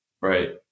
Right